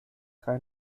rein